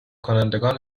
کنندگان